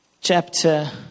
chapter